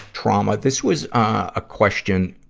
trauma, this was, ah, a question,